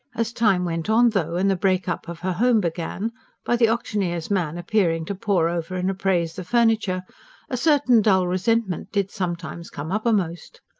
as time went on, though, and the break-up of her home began by the auctioneer's man appearing to paw over and appraise the furniture a certain dull resentment did sometimes come uppermost.